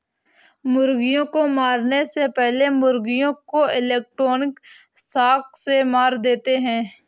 मुर्गियों को मारने से पहले मुर्गियों को इलेक्ट्रिक शॉक से मार देते हैं